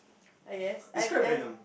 I guess I'm ah